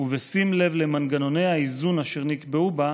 ובשים לב למנגנוני האיזון אשר נקבעו בה,